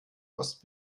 ost